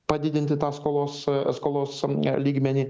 padidinti tą skolos skolos am lygmenį